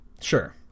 Sure